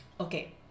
okay